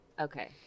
Okay